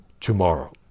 tomorrow